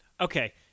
okay